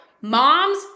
Moms